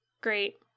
great